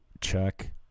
check